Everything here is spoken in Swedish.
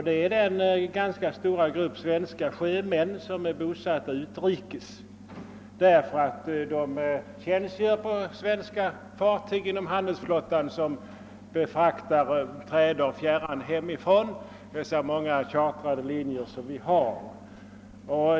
Det är den ganska stora grupp svenska sjömän som är bosatta utrikes därför att de tjänstgör på svenska fartyg inom handelsflottan som befraktar trader fjärran hemifrån på de många chartrade linjer som vi har.